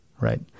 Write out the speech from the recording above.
right